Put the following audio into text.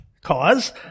Cause